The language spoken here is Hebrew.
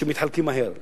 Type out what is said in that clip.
שמתחלקים מהר.